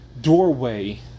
doorway